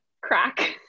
crack